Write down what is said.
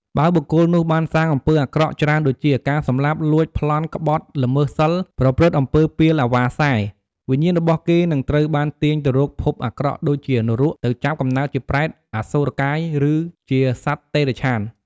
បើបុគ្គលនោះបានសាងអំពើអាក្រក់ច្រើនដូចជា ការសម្លាប់ លួច ប្លន់ ក្បត់ ល្មើសសីល ប្រព្រឹត្តអំពើពាលអាវ៉ាសែ វិញ្ញាណរបស់គេនឹងត្រូវបានទាញទៅរកភពអាក្រក់ដូចជានរក ទៅចាប់កំណើតជាប្រេត អសុរកាយ ឬជាសត្វតិរច្ឆាន។